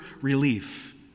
relief